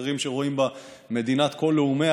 ואחרים שרואים בה מדינת כל לאומיה,